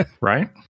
Right